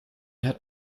hat